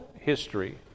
history